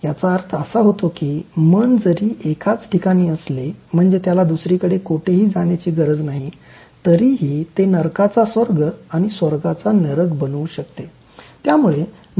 याचा अर्थ असा होतो की मन जरी एकाच ठिकाणी असले म्हणजे त्याला दुसरीकडे कोठेही जाण्याची गरज नाही तरीही ते नरकाचा स्वर्ग आणि स्वर्गाचा नरक बनवू शकते